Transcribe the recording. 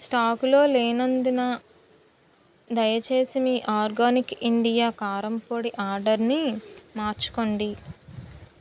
స్టాకులో లేనందున దయచేసి మీ ఆర్గానిక్ ఇండియా కారం పొడి ఆర్డర్ని మార్చుకోండి